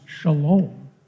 shalom